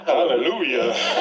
Hallelujah